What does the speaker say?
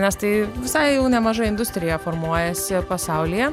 nes tai visai jau nemaža industrija formuojasi pasaulyje